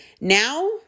Now